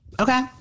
Okay